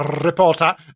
reporter